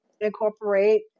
incorporate